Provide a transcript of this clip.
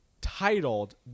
titled